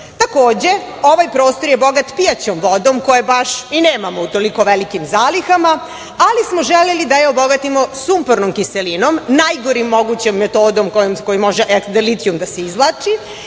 Takođe, ovaj prostor je bogat pijaćom vodom koje baš i nemamo u toliko veliki zalihama, ali samo želeli da je obogatimo sumpornom kiselinom, najgorom mogućom metodom kojom može litijum da se izvlači,